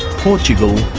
portugal,